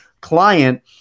client